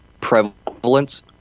prevalence